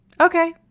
Okay